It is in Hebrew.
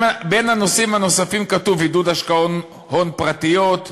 הנושאים הנוספים כתוב: עידוד השקעות הון פרטיות,